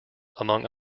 among